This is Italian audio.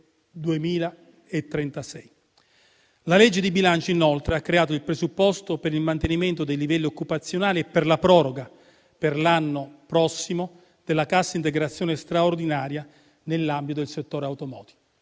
La legge di bilancio, inoltre, ha creato il presupposto per il mantenimento dei livelli occupazionali e per la proroga, per l'anno prossimo, della cassa integrazione straordinaria nell'ambito del settore *automotive*.